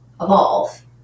evolve